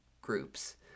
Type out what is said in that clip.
groups